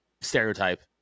stereotype